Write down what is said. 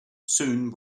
soon